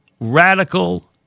radical